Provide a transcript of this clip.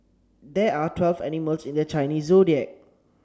there are twelve animals in the Chinese Zodiac